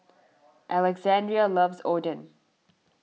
Alexandria loves Oden